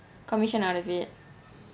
commission out of it